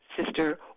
sister